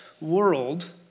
world